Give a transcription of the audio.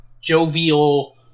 jovial